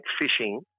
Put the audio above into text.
fishing